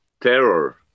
terror